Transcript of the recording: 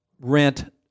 rent